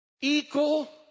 Equal